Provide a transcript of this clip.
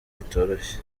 bitoroshye